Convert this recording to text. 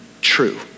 true